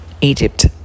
Egypt